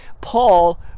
Paul